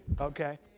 okay